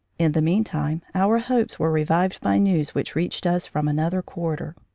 in the meantime our hopes were revived by news which reached us from another quarter.